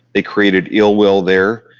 they created ill will there.